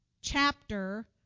chapter